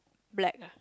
black